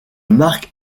marc